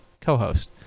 co-host